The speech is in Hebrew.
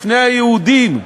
מפני היהודים.